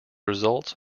results